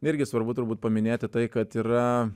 irgi svarbu turbūt paminėti tai kad yra